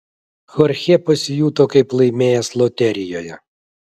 chorchė pasijuto kaip laimėjęs loterijoje